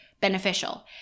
beneficial